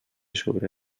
sobre